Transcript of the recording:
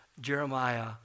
Jeremiah